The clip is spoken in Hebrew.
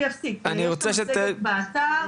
יש את המצגת באתר.